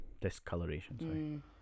discoloration